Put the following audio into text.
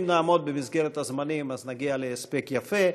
אם נעמוד במסגרת הזמנים, אז נגיע להספק יפה.